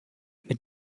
mit